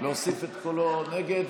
להוסיף את קולו נגד.